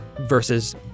versus